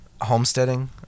Homesteading